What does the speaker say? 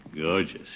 Gorgeous